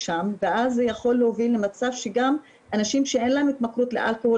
ואז זה יכול להביא למצב שגם אנשים שאין להם התמכרות לאלכוהול,